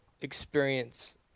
experience